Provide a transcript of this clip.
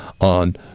on